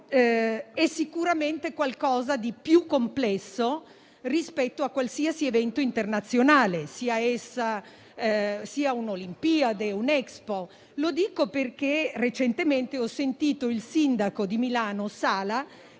è sicuramente qualcosa di più complesso rispetto a qualsiasi evento internazionale, sia esso un'Olimpiade o un'Expo; lo dico perché recentemente ho sentito il sindaco Sala